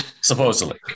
Supposedly